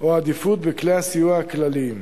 או עדיפות בכלי הסיוע הכלליים.